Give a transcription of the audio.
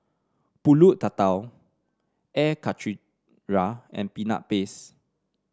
pulut Tatal Air Karthira and Peanut Base